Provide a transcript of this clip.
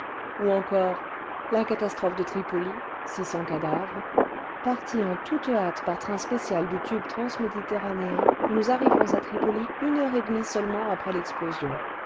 on encore ce la catastrophe de tripoli six cents cadavres parti en toute hâte e par train spécial du tube transméditerranéen nous arrivons à tripoli e une heure et demie seulement après l'explosion